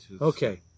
okay